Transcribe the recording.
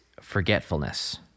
forgetfulness